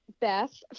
Beth